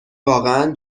واقعا